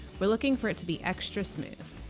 we're looking for it to be extra smooth.